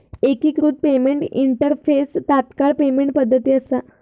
एकिकृत payment interface तात्काळ payment पद्धती असा